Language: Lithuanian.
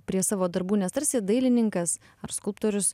prie savo darbų nes tarsi dailininkas ar skulptorius